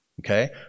okay